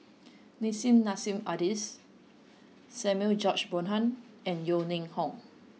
Nissim Nassim Adis Samuel George Bonham and Yeo Ning Hong